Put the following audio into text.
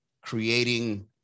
creating